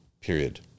period